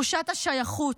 יש תחושת שייכות,